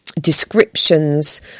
descriptions